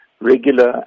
regular